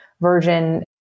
version